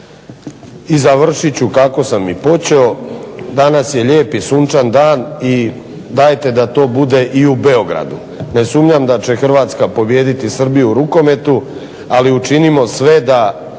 I završiti ću kako sam i počeo, danas je to lijep i sunčan dan i dajte da to bude i u Beogradu, ne sumnjam da će Hrvatska pobijediti Srbiju u rukometu ali učinimo sve da